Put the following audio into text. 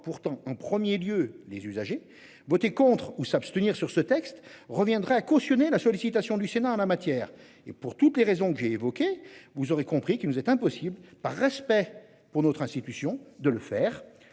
pourtant en 1er lieu les usagers voter contre ou s'abstenir sur ce texte reviendrait à cautionner la sollicitation du Sénat en la matière et pour toutes les raisons que j'ai évoquées, vous aurez compris qu'il nous est impossible. Par respect pour notre institution de le faire